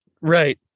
Right